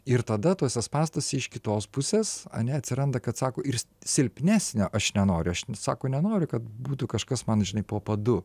ir tada tuose spąstuose iš kitos pusės a ne atsiranda kad sako ir silpnesnio aš nenoriu aš ne sako nenoriu kad būtų kažkas man žinai po padu